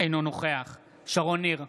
אינו נוכח שרון ניר,